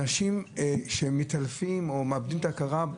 אנשים מתעלפים או מאבדים את הכרתם,